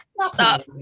stop